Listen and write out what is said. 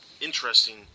interesting